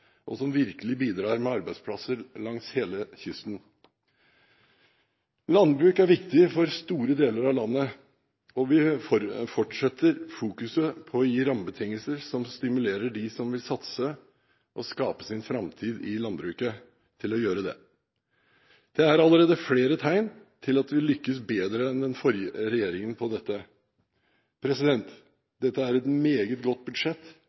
og som virkelig bidrar med arbeidsplasser langs hele kysten. Landbruk er viktig for store deler av landet, og vi fortsetter fokuset på å gi rammebetingelser som stimulerer dem som vil satse og skape sin framtid i landbruket, til å gjøre det. Det er allerede flere tegn til at vi lykkes bedre enn den forrige regjeringen med dette. Dette er et meget godt budsjett